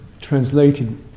translated